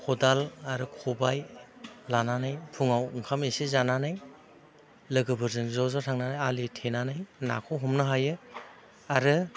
खदाल आरो खबाय लानानै फुंआव ओंखाम एसे जानानै लोगोफोरजों ज' ज' थांनानै आलि थेनानै नाखौ हमनो हायो आरो